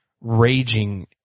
raging